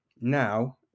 Now